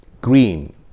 Green